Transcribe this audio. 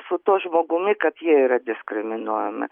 su tuo žmogumi kad jie yra diskriminuojami